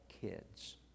kids